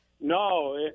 No